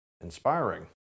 Inspiring